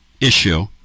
issue